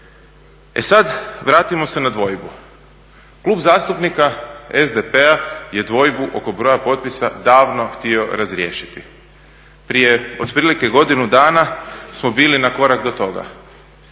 E sad vratimo se na dvojbu. Klub zastupnika SDP-a je dvojbu oko broja potpisa davno htio razriješiti. Prije otprilike godinu dana smo bili na korak do toga,